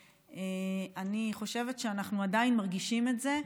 אני חושבת שאנחנו עדיין מרגישים את זה.